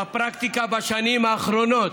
בפרקטיקה, בשנים האחרונות,